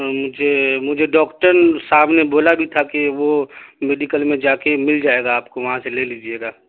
مجھے مجھے ڈاکٹر صاحب نے بولا بھی تھا کہ وہ میڈیکل میں جا کے مل جائے گا آپ کو وہاں سے لے لیجیے گا